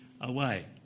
away